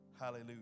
Hallelujah